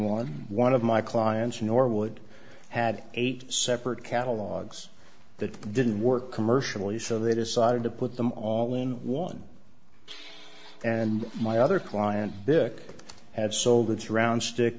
one one of my clients norwood had eight separate catalogues that didn't work commercially so they decided to put them all in one and my other client book had sold its round